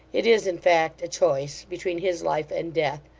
it is, in fact, a choice between his life and death.